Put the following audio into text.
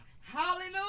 Hallelujah